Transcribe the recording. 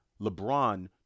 LeBron